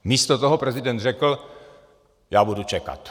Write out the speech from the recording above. Místo toho prezident řekl já budu čekat.